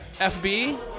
FB